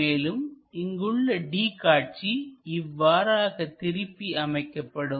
மேலும் இங்குள்ள d காட்சி இவ்வாறாக திருப்பி அமைக்கப்படும்